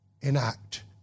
enact